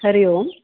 हरिः ओम्